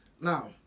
Now